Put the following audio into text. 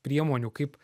priemonių kaip